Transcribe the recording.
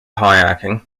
kayaking